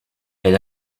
elle